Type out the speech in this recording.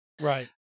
Right